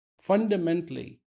fundamentally